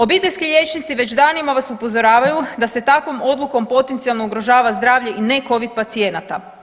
Obiteljski liječnici već danima vas upozoravaju da se takvom odlukom potencijalno ugrožava zdravlje i ne covid pacijenata.